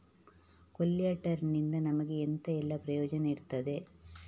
ಕೊಲ್ಯಟರ್ ನಿಂದ ನಮಗೆ ಎಂತ ಎಲ್ಲಾ ಪ್ರಯೋಜನ ಇರ್ತದೆ?